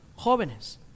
jóvenes